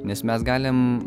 nes mes galim